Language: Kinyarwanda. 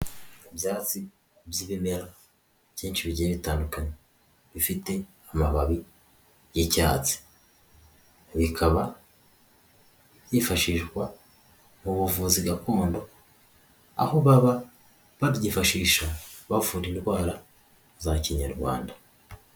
Ibyatsi by'ibimera byinshi bigiye bitandukanye bifite amababi y'icyatsi, bikaba byifashishwa mu buvuzi gakondo aho baba babyifashisha bavura indwara za kinyarwanda.